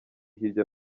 hirya